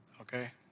Okay